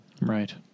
Right